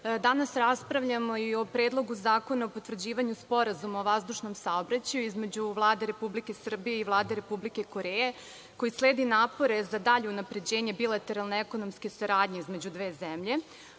danas raspravljamo i o Predlogu zakona o potvrđivanju Sporazuma o vazdušnom saobraćaju između Vlade Republike Srbije i Vlade Republike Koreje, koji sledi napore za dalje unapređenje bilateralne ekonomske saradnje između dve zemlje,